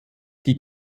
die